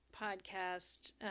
podcast